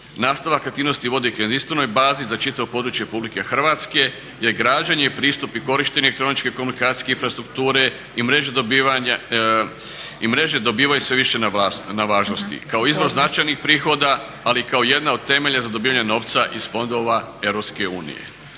Nastavak aktivnosti vode k jedinstvenoj bazi za čitavo područje RH, jer građene i pristup i korištenje elektroničkih komunikacijske infrastrukture i mreže dobivaju sve više na važnosti. Kao izvor značajnih prihoda ali i kako jedna od temelja za dobivanje novca iz fondova EU.